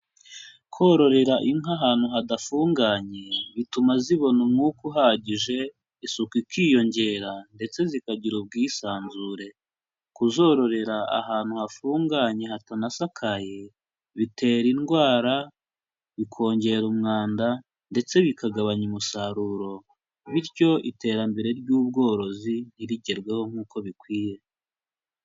Kororera inka ahantu hadafunganye bituma zibona umwuka uhagije isuku ikiyongera ndetse zikagira ubwisanzure. Kuzororera ahantu hafunganye hatanasakaye bitera indwara, bikongera umwanda ndetse bikagabanya umusaruro bityo iterambere ry'ubworozi ntirigerweho nk'uko bikwiye.